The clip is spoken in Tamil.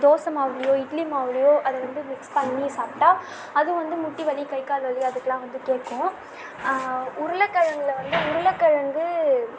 தோசை மாவுலையோ இட்லி மாவுலையோ அதை வந்து மிக்ஸ் பண்ணி சாப்பிட்டா அதுவும் வந்து முட்டி வலி கை கால் வலி அதுக்கு எல்லாம் வந்து கேட்கும் உருளக்கிழங்குல வந்து உருளக்கிழங்கு